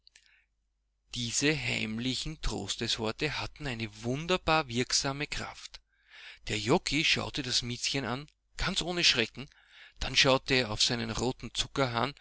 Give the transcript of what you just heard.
diese heimlichen trostesworte hatten eine wunderbar wirksame kraft der joggi schaute das miezchen an ganz ohne schrecken dann schaute er auf seinen roten